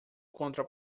contra